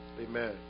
amen